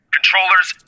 Controllers